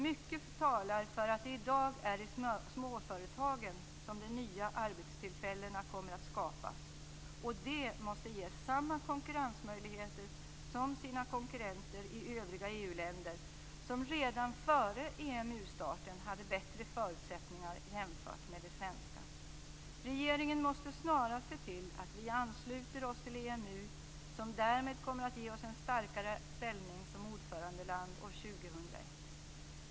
Mycket talar för att det i dag är i småföretagen som de nya arbetstillfällena kommer att skapas, och de måste ges samma konkurrensmöjligheter som sina konkurrenter i övriga EU-länder, som redan före EMU-starten hade bättre förutsättningar jämfört med de svenska. Regeringen måste snarast se till att vi ansluter oss till EMU, som därmed kommer att ge oss en starkare ställning som ordförandeland år 2001.